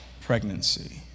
pregnancy